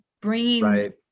bringing